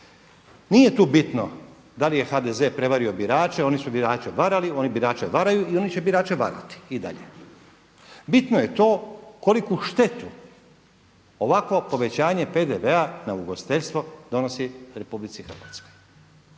Nije tu bitno da li je HDZ prevario birače, oni su birače varali, oni birače varaju i oni će birače varati i dalje. Bitno je to koliku štetu ovakvo povećanje PDV-a na ugostiteljstvo donosi RH?